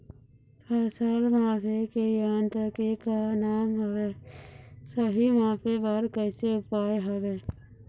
फसल मापे के यन्त्र के का नाम हवे, सही मापे बार कैसे उपाय हवे?